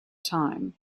time